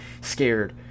scared